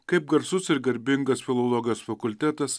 kaip garsus ir garbingas filologijos fakultetas